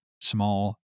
small